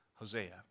Hosea